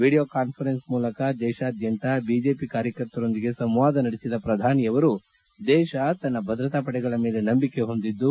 video conference ಮೂಲಕ ದೇಶಾದ್ಲಂತ BJP ಕಾರ್ಯಕರ್ತರೊಂದಿಗೆ ಸಂವಾದ ನಡೆಸಿದ ಅವರು ದೇತ ತನ್ನ ಭದ್ರತಾಪಡೆಗಳ ಮೇಲೆ ನಂಬಿಕೆ ಹೊಂದಿದ್ದು